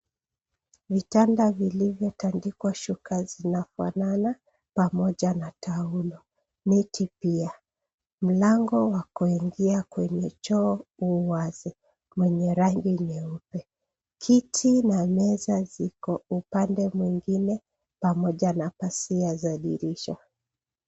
Vitanda vilivyotandikwa shuka zinafanana pamoja na taulo. Neti pia, mlango wa kuingia kwenye choo u wazi wenye rangi nyeupe. Kiti na meza ziko upande mwingine pamoja na pazia za dirisha.